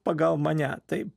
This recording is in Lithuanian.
pagal mane taip